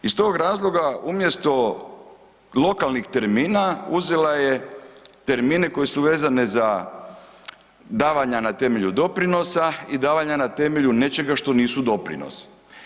Iz tog razloga, umjesto lokalnih termina, uzela je termine koji su vezani za davanja na temelju doprinosa i davanja na temelju nečega što nisu doprinosi.